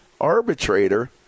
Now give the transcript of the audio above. arbitrator